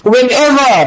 Whenever